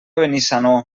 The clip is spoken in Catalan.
benissanó